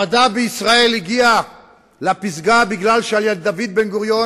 המדע בישראל הגיע לפסגה כי היה דוד בן-גוריון,